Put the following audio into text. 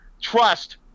trust –